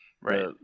Right